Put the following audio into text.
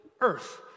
earth